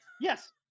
Yes